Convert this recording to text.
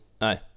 aye